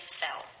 cell